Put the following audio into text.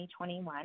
2021